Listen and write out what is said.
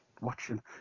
watching